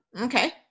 Okay